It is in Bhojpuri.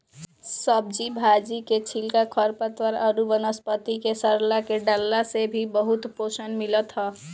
सब्जी भाजी के छिलका, खरपतवार अउरी वनस्पति के सड़आ के डालला से भी बहुते पोषण मिलत ह